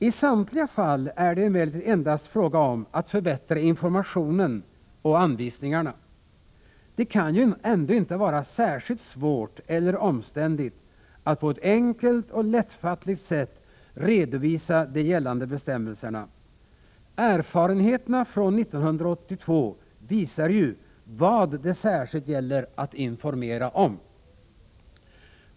I samtliga fall är det emellertid endast fråga om att förbättra informationen och anvisningarna. Det kan ju ändå inte vara särskilt svårt eller omständligt att på ett enkelt och lättfattligt sätt redovisa de gällande bestämmelserna. Erfarenheterna från 1982 visar ju vad det särskilt gäller att informera om.